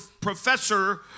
professor